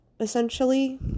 essentially